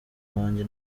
wanjye